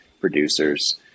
producers